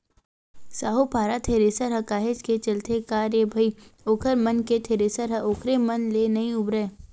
साहूपारा थेरेसर ह काहेच के चलथे का रे भई ओखर मन के थेरेसर ह ओखरे मन ले नइ उबरय